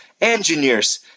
engineers